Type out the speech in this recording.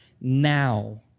now